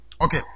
Okay